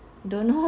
don't know